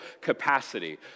capacity